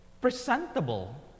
presentable